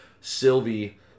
Sylvie